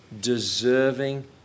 deserving